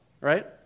right